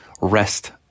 rest